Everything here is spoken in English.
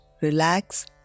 relax